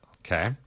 Okay